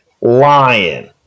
lion